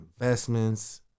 investments